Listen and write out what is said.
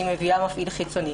אני מביאה מפעיל חיצוני.